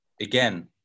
again